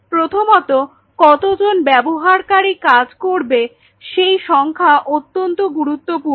প্রথমত কতজন ব্যবহারকারী কাজ করবে সেই সংখ্যা অত্যন্ত গুরুত্বপূর্ণ